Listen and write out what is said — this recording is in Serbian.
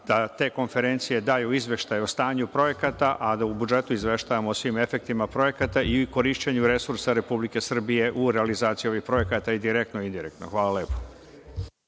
da te konferencije daju izveštaj o stanju projekata, a da u budžetu izveštavamo o svim efektima projekata i korišćenju resursa Republike Srbije u realizaciji ovih projekata, i direktno i indirektno. Hvala lepo.